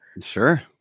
Sure